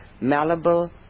malleable